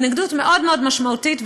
התנגדות מאוד מאוד משמעותית,